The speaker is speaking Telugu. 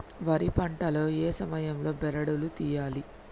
వరి పంట లో ఏ సమయం లో బెరడు లు తియ్యాలి?